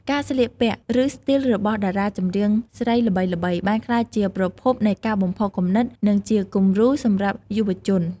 ការស្លៀកពាក់ ឬស្ទីលរបស់តារាចម្រៀងស្រីល្បីៗ បានក្លាយជាប្រភពនៃការបំផុសគំនិត និងជាគំរូសម្រាប់យុវជន។